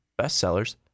bestsellers